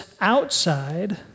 outside